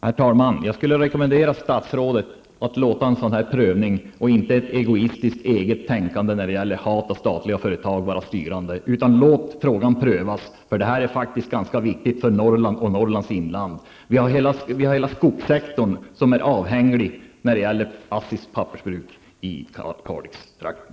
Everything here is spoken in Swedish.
Herr talman! Jag skulle vilja rekommendera statsrådet att tillåta den aktuella prövningen i stället för att låta ett egoistiskt eget tänkande, grundat på hat mot statliga företag, vara styrande. Låt frågan prövas -- det är faktiskt ganska viktigt för Norrlands inland. Hela skogssektorn är avhängig av ASSIs pappersbruk i Kalixtrakten.